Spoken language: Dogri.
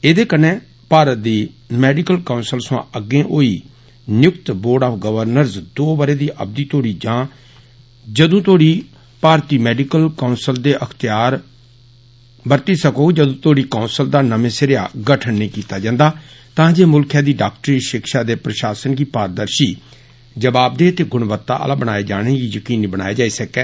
एदे कन्नै भारत दी मैडिकल कौंसल सवां अग्गे होई नियुक्त बोर्ड आफ गोर्वनस दौ बरें दी अवधि तोड़ी जां तदूं तोड़ी भारती मैडिकल कौंसल दे अखत्यार वरतोव सकोग जदूं तोड़ी कौंसल दा नमें सिरेआ गठन नेई कीता जंदा तां जे मुल्खै दी डाक्टरी षिक्षा दे प्रषासन गी पारदर्षी जवाबदेई ते गुणवत्ता आला बनाए जाने गी यकीनी बनाया जाई सकै